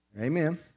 Amen